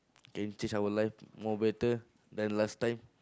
can change our life more better than last time